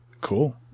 cool